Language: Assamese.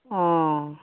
অ